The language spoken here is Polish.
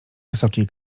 wysokiej